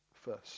first